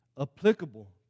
applicable